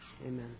Amen